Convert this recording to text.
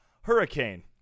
Hurricane